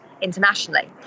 internationally